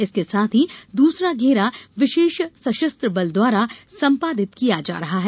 इसके साथ ही दूसरा घेरा विशेष सशस्त्र बल द्वारा संपादित किया जा रहा है